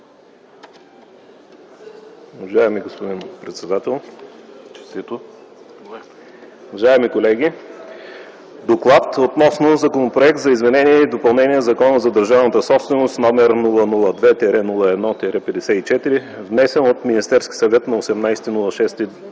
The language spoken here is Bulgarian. „ДОКЛАД относно Законопроект за изменение и допълнение на Закона за държавната собственост № 002–01–54, внесен от Министерския съвет на 18 юни 2010